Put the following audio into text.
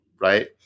right